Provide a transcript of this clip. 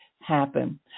happen